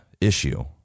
issue